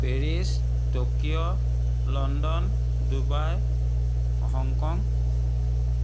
Paris Tokyo London Dubai Hong Kong